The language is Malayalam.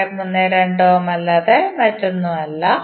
632 ഓം അല്ലാതെ മറ്റൊന്നുമല്ല